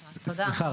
סליחה,